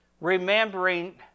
remembering